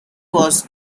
was